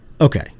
okay